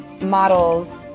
models